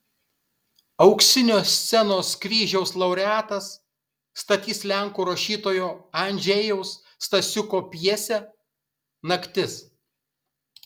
auksinio scenos kryžiaus laureatas statys lenkų rašytojo andžejaus stasiuko pjesę naktis